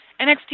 NXT